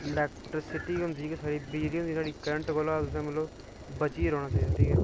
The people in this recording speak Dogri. इलैक्ट्रसिटी होंदी बिजली होंदी साढ़ी करंट कोला तुसें मतलब बचियै रौंह्ना चाहिदा ठीक ऐ